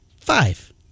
Five